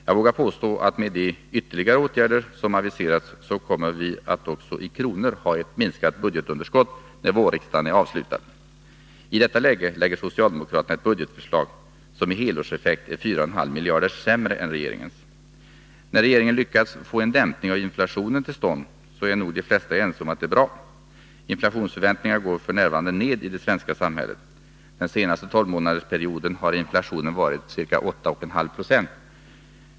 Jag vågar påstå, att med de ytterligare åtgärder som har aviserats kommer vi att också i kronor ha ett minskat budgetunderskott när vårriksdagen är avslutad. I detta läge lägger socialdemokraterna fram ett budgetförslag, som ger en helårseffekt som är 4,5 miljarder sämre än regeringens. När regeringen har lyckats få en dämpning av inflationen till stånd, så är nog de flesta ense om att det är bra. Inflationsförväntningarna går f. n. ned i det svenska samhället. Den senaste tolvmånadersperioden har inflationen varit ca 8,5 20.